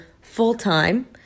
full-time